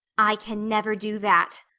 i can never do that,